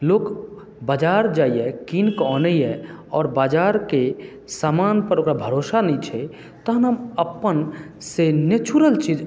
लोक बजार जाइया कीन कऽ अनैया आओर बजारके समान पर ओकरा भरोसा नहि छै तहन हम अपन से नेचुरल चीज